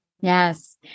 Yes